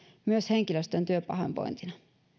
myös henkilöstön työpahoinvointina